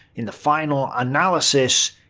in the final analysis,